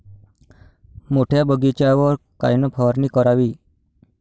मोठ्या बगीचावर कायन फवारनी करावी?